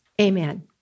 Amen